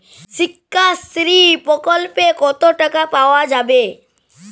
শিক্ষাশ্রী প্রকল্পে কতো টাকা পাওয়া যাবে?